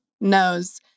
knows